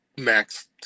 Max